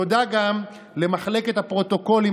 תודה גם למחלקת הפרוטוקולים,